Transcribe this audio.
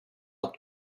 help